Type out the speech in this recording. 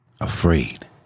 afraid